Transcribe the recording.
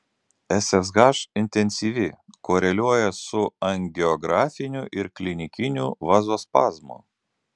ssh intensyvi koreliuoja su angiografiniu ir klinikiniu vazospazmu